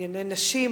לענייני נשים,